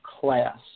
class